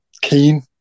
keen